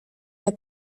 der